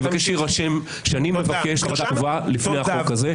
אני מבקש שיירשם שאני מבקש חוות-דעת כתובה לפני החוק הזה.